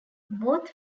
both